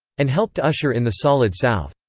and helped usher in the solid south.